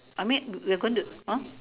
I mean we are going to [huh]